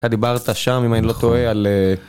אתה דיברת שם אם אני לא טועה על אה...